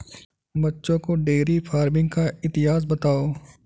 बच्चों को dairy farming का इतिहास बताओ